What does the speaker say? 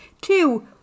Two